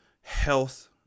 health